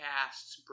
Casts